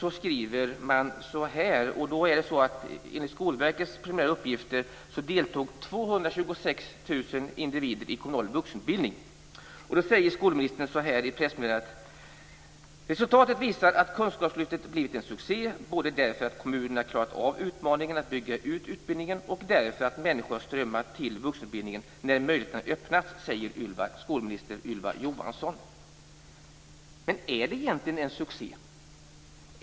Där framgår att enligt Ylva Johansson hävdar att resultatet visar att kunskapslyftet har blivit en succé, både därför att kommunerna har klarat av utmaningen att bygga ut utbildningen och därför att människor har strömmat till vuxenutbildningen. Är kunskapslyftet egentligen en succé?